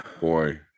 Boy